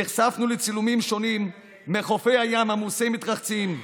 נחשפנו לצילומים שונים מחופי הים עמוסי המתרחצים,